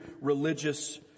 religious